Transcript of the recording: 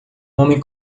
homem